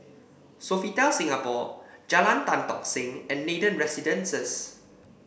Sofitel Singapore Jalan Tan Tock Seng and Nathan Residences